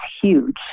huge